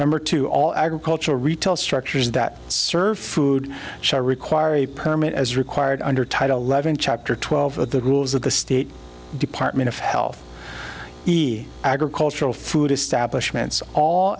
number to all agricultural retail structures that serve food shall require a permit as required under title eleven chapter twelve of the rules of the state department of health he agricultural food establishments all